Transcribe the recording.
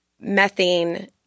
methane